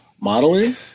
Modeling